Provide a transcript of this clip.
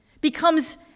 becomes